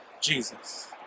Jesus